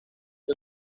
que